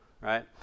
right